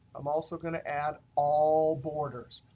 i'm also going to add all borders.